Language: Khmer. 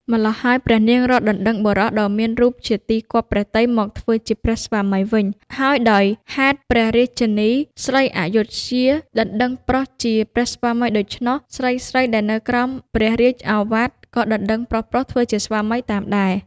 ម៉្លោះហើយព្រះនាងរកដណ្តឹងបុរសដ៏មានរូបជាទីគាប់ព្រះទ័យមកធ្វើជាព្រះស្វាមីវិញ ហើយដោយហេតុព្រះរាជិនី ស្រីអយុធ្យាដណ្តឹងប្រុសជាព្រះស្វាមីដូច្នោះ ស្រីៗដែលនៅក្រោមព្រះរាជឱវាទ ក៏ដណ្តឹងប្រុសៗធ្វើជាស្វាមីតាមដែរ។